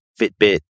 Fitbit